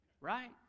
Right